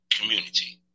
community